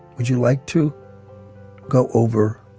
would you like to go over